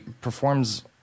performs